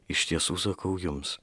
iš tiesų sakau jums